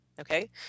Okay